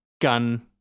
gun